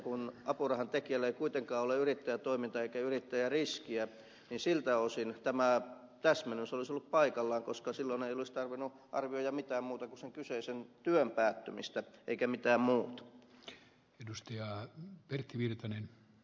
kun apurahan tekijällä ei kuitenkaan ole yrittäjätoimintaa eikä yrittäjäriskiä niin siltä osin tämä täsmennys olisi ollut paikallaan koska silloin ei olisi tarvinnut arvioida mitään muuta kuin sen kyseisen työn päättymistä eikä mitään ollut edustajaa pertti virtanen